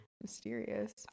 Mysterious